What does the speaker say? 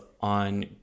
on